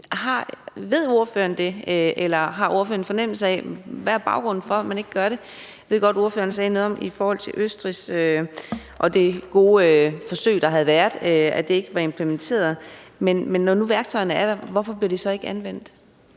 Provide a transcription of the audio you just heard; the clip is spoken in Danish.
Ved ordføreren det, eller har ordføreren en fornemmelse af, hvad der er baggrunden for, at man ikke gør det? Jeg ved godt, at ordføreren sagde noget om Østrig og det gode forsøg, der havde været, altså at det ikke var implementeret her. Men når nu værktøjerne er der, hvorfor bliver de så ikke anvendt?